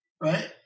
Right